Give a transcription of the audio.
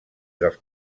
dels